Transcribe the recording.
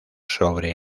sobre